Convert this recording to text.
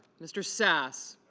mr. sanders